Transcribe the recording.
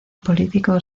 político